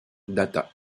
data